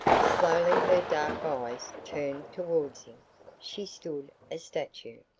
slowly her dark eyes turned towards him she stood a statue.